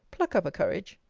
pluck up a courage.